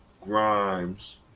Grimes